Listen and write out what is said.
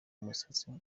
imisatsi